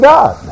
God